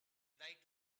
night